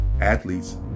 athletes